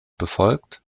befolgt